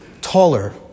taller